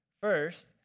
First